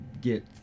get